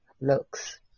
looks